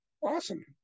awesome